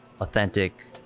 authentic